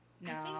No